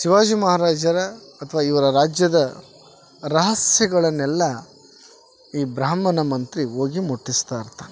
ಶಿವಾಜಿ ಮಹಾರಾಜರ ಅಥ್ವ ಇವರ ರಾಜ್ಯದ ರಹಸ್ಯಗಳನ್ನೆಲ್ಲ ಈ ಬ್ರಾಹ್ಮಣ ಮಂತ್ರಿ ಹೋಗಿ ಮುಟ್ಟಿಸ್ತಾ ಇರ್ತಾನೆ